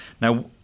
now